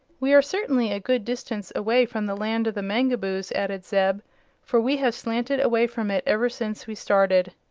we are certainly a good distance away from the land of the mangaboos, added zeb for we have slanted away from it ever since we started.